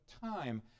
time